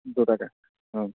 দুটাকে অঁ